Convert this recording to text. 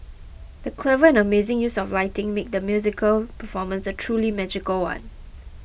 the clever and amazing use of lighting made the musical performance a truly magical one